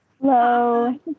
Hello